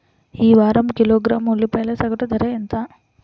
ఈ వారం కిలోగ్రాము ఉల్లిపాయల సగటు ధర ఎంత?